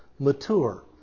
Mature